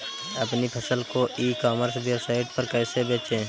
अपनी फसल को ई कॉमर्स वेबसाइट पर कैसे बेचें?